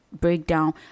Breakdown